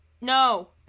No